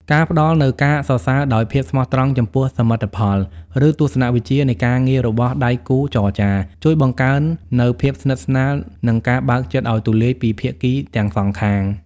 ការផ្តល់នូវការសរសើរដោយភាពស្មោះត្រង់ចំពោះសមិទ្ធផល ឬទស្សនវិជ្ជានៃការងាររបស់ដៃគូចរចា ជួយបង្កើននូវភាពស្និទ្ធស្នាល និងការបើកចិត្តឱ្យទូលាយពីភាគីទាំងសងខាង។